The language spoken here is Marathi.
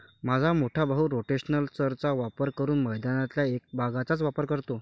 माझा मोठा भाऊ रोटेशनल चर चा वापर करून मैदानातल्या एक भागचाच वापर करतो